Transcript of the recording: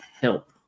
help